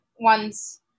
one's –